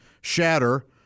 shatter